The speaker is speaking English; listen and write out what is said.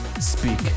speak